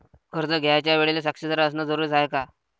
कर्ज घ्यायच्या वेळेले साक्षीदार असनं जरुरीच हाय का?